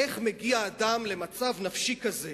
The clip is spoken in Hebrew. איך מגיע אדם למצב נפשי כזה?